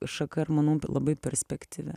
šaka ir manau labai perspektyvi